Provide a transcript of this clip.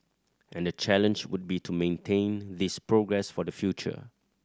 and the challenge would be to maintain this progress for the future